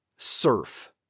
Surf